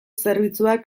zerbitzuak